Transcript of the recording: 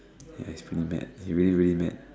has been mad he really very mad